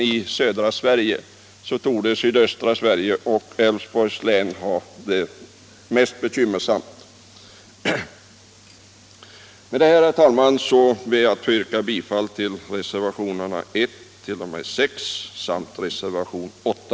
I södra Sverige torde det vara sydöstra Sverige och Älvsborgs län som har det mest bekymmersamt. Med detta, herr talman, ber jag att få yrka bifall till reservationerna 1-6 samt till reservationen 8.